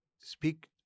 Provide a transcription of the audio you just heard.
speak